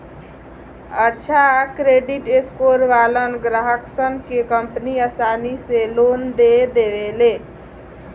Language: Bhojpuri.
अच्छा क्रेडिट स्कोर वालन ग्राहकसन के कंपनि आसानी से लोन दे देवेले